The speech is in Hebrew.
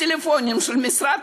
זה לא קשור.